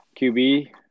QB